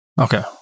Okay